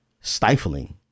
stifling